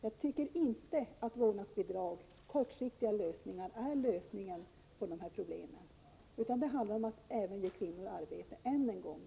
Jag tycker inte att vårdnadsbidrag — en kortsiktig lösning — är lösningen på de här problemen. Det handlar om att även ge kvinnor arbete — det vill jag säga än en gång.